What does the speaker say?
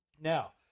Now